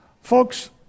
Folks